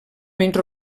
menys